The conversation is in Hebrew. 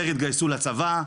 יותר יתגייסו לצבא,